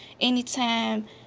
anytime